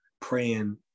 praying